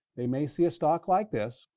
they may see a stock like this,